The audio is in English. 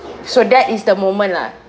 so that is the moment lah